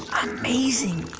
um amazing